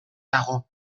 dago